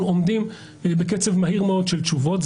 אנחנו עומדים בקצב מהיר מאוד של תשובות.